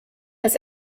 als